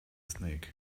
snake